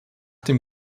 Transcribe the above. dem